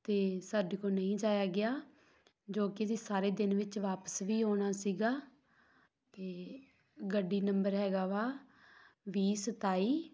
ਅਤੇ ਸਾਡੇ ਕੋਲੋਂ ਨਹੀਂ ਜਾਇਆ ਗਿਆ ਜੋ ਕਿ ਅਸੀਂ ਸਾਰੇ ਦਿਨ ਵਿੱਚ ਵਾਪਿਸ ਵੀ ਆਉਣਾ ਸੀਗਾ ਅਤੇ ਗੱਡੀ ਨੰਬਰ ਹੈਗਾ ਵਾ ਵੀਹ ਸਤਾਈ